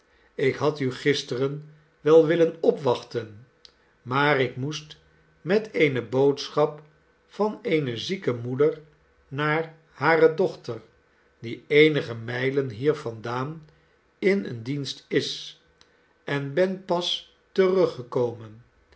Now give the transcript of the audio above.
ik had u gisteren wel willen opwachten maar ik moest met eene boodschap van eene zieke moeder naar hare dochter die eenige mijlen hier vandaan in een dienst is en ben pas teruggekomen